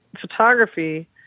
photography